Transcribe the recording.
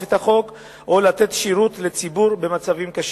את החוק או לתת שירות לציבור במצבים קשים.